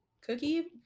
cookie